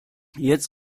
jetzt